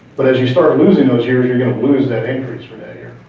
but as you start losing those years, you're gonna lose that increase for that year.